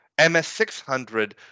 MS600